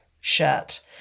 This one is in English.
shirt